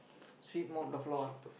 sweep mop the floor ah